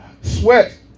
sweat